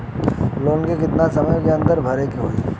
Loan के कितना समय के अंदर भरे के होई?